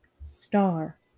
star